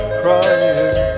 crying